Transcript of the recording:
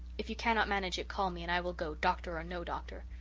if you cannot manage it call me and i will go, doctor or no doctor.